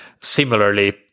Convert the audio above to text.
similarly